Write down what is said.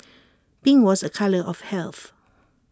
pink was A colour of health